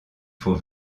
faut